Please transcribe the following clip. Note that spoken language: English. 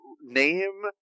name